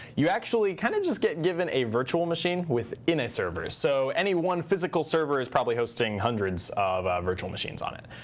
you actually kind of just get given a virtual machine within a server. so any one physical server is probably hosting hundreds of virtual machines on it.